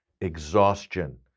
Exhaustion